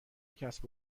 کسب